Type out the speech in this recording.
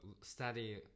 study